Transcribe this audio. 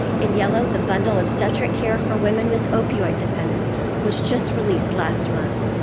in yellow the bundle obstetric care for women with opioid dependence was just released last month.